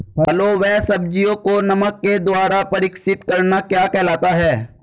फलों व सब्जियों को नमक के द्वारा परीक्षित करना क्या कहलाता है?